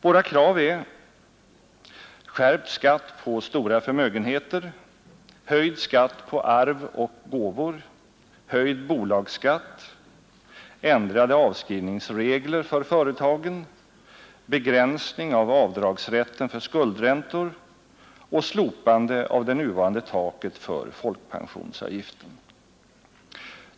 Våra krav är: skärpt skatt på stora förmögenheter, höjd skatt på arv och gåvor, höjd bolagsskatt, ändrade avskrivningsregler för företagen, begränsning av avdragsrätten för skuldräntor och slopande av det nuvarande taket för folkpensionsavgiften.